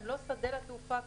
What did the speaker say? הם לא שדה לתעופה הכללית.